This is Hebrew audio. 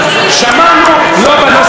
שמענו, לא בנוסח הזה.